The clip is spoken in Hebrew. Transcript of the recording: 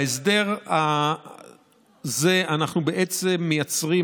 בהסדר הזה זה אנחנו בעצם מייצרים,